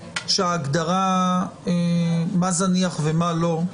שההגדרה מה זניח ומה לא,